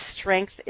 strength